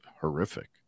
horrific